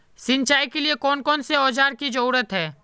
सिंचाई के लिए कौन कौन से औजार की जरूरत है?